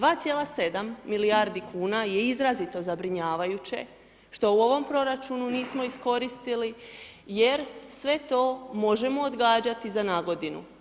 2,7 milijardi kuna je izrazito zabrinjavajuće što u ovom proračunu nismo iskoristili, jer sve to možemo odgađati za nagodinu.